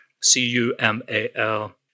C-U-M-A-L